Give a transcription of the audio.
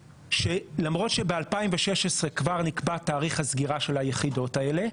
שלמרות שב-2016 כבר נקבע תאריך הסגירה של היחידות האלה,